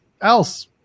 else